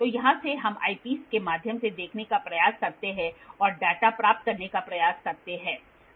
तो यहाँ से हम ऐपिस के माध्यम से देखने का प्रयास करते हैं और डेटा प्राप्त करने का प्रयास करते हैं